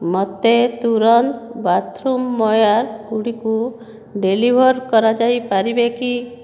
ମୋତେ ତୁରନ୍ତ ବାଥରୁମୱେର୍ ଗୁଡ଼ିକୁ ଡେଲିଭର୍ କରାଯାଇପାରିବେ କି